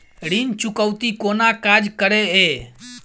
ऋण चुकौती कोना काज करे ये?